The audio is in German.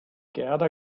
gerda